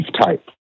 type